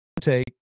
take